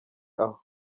aho